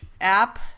app